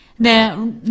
now